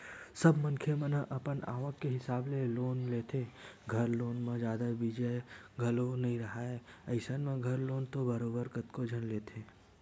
सब मनखे मन ह अपन आवक के हिसाब ले लोन लेथे, घर लोन म जादा बियाज घलो नइ राहय अइसन म घर लोन तो बरोबर कतको झन लेथे